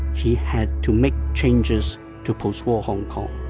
he had to make changes to post-war hong kong.